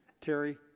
Terry